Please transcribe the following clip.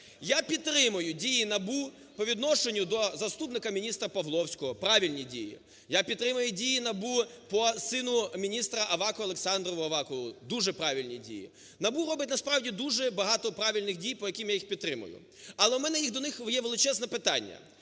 Я підтримую дії НАБУ по відношенню до заступника міністра Павловського, правильні дії. Я підтримую дії НАБУ по сину міністра Авакова – Олександру Авакову. Дуже правильні дії. НАБУ робить насправді дуже багато правильних дій, по яким я їх підтримую. Але у мене до них є величезне питання.